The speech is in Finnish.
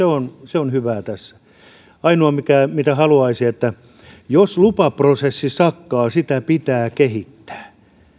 on se on hyvää tässä ainoa mitä haluaisi on se että jos lupaprosessi sakkaa sitä pitää kehittää